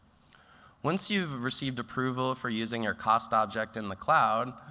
once you've received approval for using your cost object in the cloud,